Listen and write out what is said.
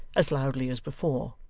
as loudly as before.